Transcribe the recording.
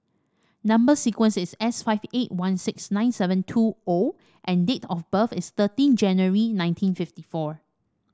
number sequence is S five eight one six nine seven two O and date of birth is thirteen January nineteen fifty four